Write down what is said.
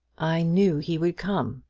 i knew he would come,